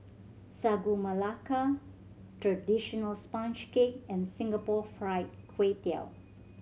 Sagu Melaka traditional sponge cake and Singapore Fried Kway Tiao